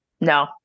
No